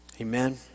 Amen